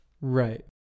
Right